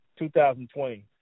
2020